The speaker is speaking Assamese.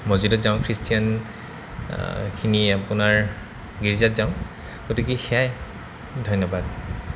মছজিদত যাওঁ খ্ৰীষ্টিয়ানখিনি আপোনাৰ গিৰ্জাত যাওঁ গতিকে সেয়াই ধন্যবাদ